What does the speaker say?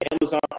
Amazon